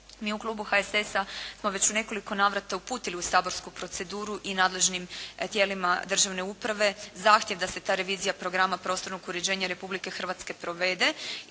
Mi u Klubu HSS-a smo već u nekoliko navrata uputili u saborsku proceduru i nadležnim tijelima državne uprave zahtjev da se ta revizija Programa prostornog uređenja Republike Hrvatske provede